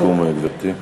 משפט סיכום, גברתי.